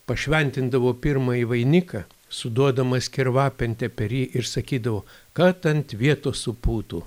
pašventindavo pirmąjį vainiką suduodamas kirvapente per jį ir sakydavo kad ant vietos supūtų